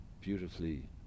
beautifully